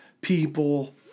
people